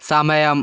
സമയം